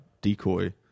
decoy